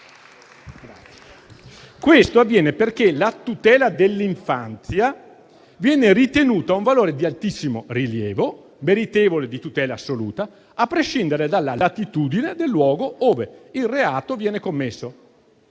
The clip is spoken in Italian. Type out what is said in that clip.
Questo avviene perché la tutela dell'infanzia viene ritenuta un valore di altissimo rilievo, meritevole di tutela assoluta, a prescindere dalla latitudine del luogo ove il reato viene commesso.